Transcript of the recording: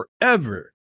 forever